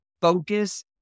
focus